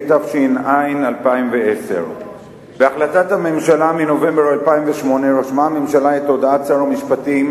התש"ע 2010. בהחלטת הממשלה מנובמבר 2008 רשמה הממשלה את הודעת שר המשפטים